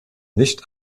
nicht